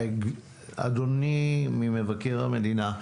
אדוני ממבקר המדינה,